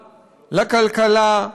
לכלכלה,